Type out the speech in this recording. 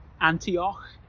Antioch